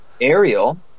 Ariel